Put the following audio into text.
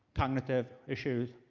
cognitive issues,